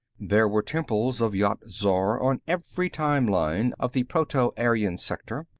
there were temples of yat-zar on every time-line of the proto-aryan sector,